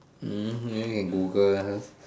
hmm maybe can Google ah